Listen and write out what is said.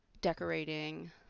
decorating